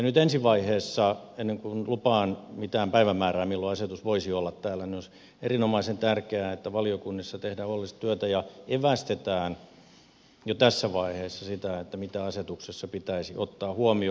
nyt sitten ensi vaiheessa ennen kuin lupaan mitään päivämäärää milloin asetus voisi olla täällä olisi erinomaisen tärkeää että valiokunnissa tehdään huolellista työtä ja evästetään jo tässä vaiheessa sitä mitä asetuksessa pitäisi ottaa huomioon